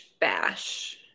bash